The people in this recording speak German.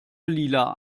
lila